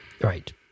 right